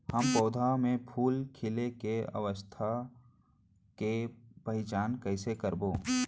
हम पौधा मे फूल खिले के अवस्था के पहिचान कईसे करबो